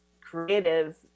creative